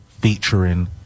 featuring